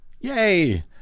Yay